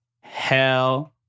Hell